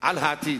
על העתיד,